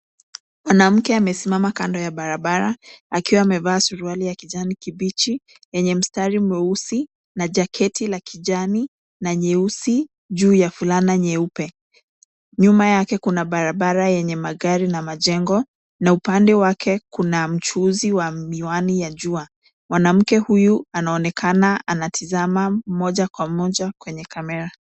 Mwanamke amesimama kando ya barabara akiwa amevaa suruali ya kijani kibichi yenye mstari mweusi na jaketi la kijani na nyeusi juu ya fulana nyeupe. Nyuma yake kuna barabara yenye magari na majengo na upande wake kuna mchuuzi wa miwani ya jua. Mwanamke huyu anaonekana anatizama moja kwa moja kwenye kamera.